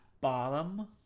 bottom